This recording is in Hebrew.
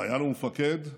חייל ומפקד,